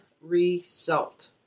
result